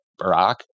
Barack